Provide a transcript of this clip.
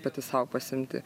pati sau pasiimti